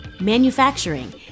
manufacturing